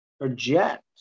project